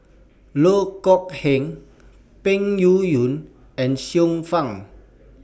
Loh Kok Heng Peng Yuyun and Xiu Fang